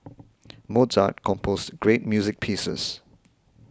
Mozart composed great music pieces